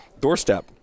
doorstep